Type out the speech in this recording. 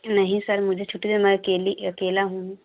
नहीं सर मुझे छुट्टी दीजिए मैं अकेली अकेला हूँ